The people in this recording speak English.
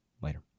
Later